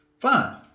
Fine